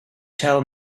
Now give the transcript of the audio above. tell